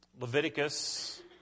Leviticus